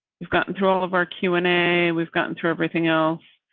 we've gotten through all of our q and a, we've gotten through everything else.